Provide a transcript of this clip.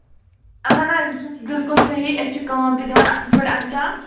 اَہن حظ یہِ چھُ بِلکُل صحیح أسۍ چھِ کٲم تہِ دِوان اَصٕل پٲٹھۍ اَنجام